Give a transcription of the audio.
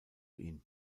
ihn